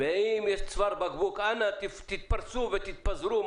צוואר בקבוק, אנא תתפרסו ותתפזרו.